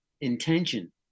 intention